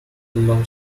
law